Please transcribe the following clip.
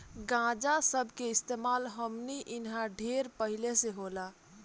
गांजा सब के इस्तेमाल हमनी इन्हा ढेर पहिले से होला